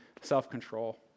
self-control